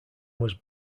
was